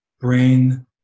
brain